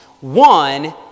One